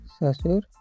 Sasur